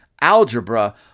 algebra